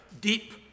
deep